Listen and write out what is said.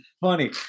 funny